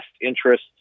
interests